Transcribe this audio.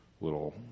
Little